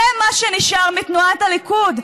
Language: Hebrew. זה מה שנשאר מתנועת הליכוד.